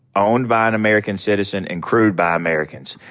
owned by an american citizen and crewed by americans.